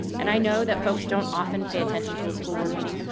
and i know that folks don't often pay attention to a school board meeting.